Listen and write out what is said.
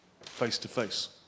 face-to-face